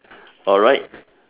alright